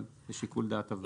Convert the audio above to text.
אבל לשיקול דעת הוועדה.